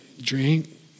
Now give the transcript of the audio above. drink